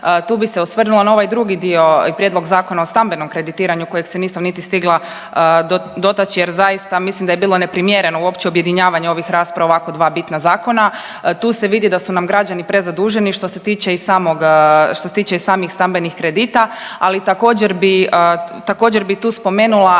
Tu bi se osvrnula na ovaj drugi dio i Prijedlog zakona o stambenom kreditiranju kojeg se nisam niti stigla dotaći jer zaista mislim da je bilo neprimjereno uopće objedinjavanje ovih rasprava o ovako dva bitna zakona. Tu se vidi da su nam građani prezaduženi, što se tiče i samih stambenih kredita, ali također bi tu spomenula